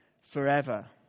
forever